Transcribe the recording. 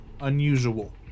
unusual